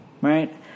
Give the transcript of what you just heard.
right